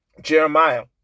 Jeremiah